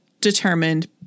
determined